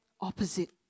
opposite